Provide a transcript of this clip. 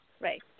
right